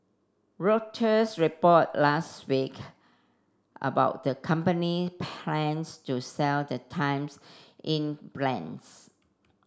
Reuters report last week about the company plans to sell the Times Inc